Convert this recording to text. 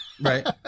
right